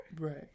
Right